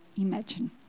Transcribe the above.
imagine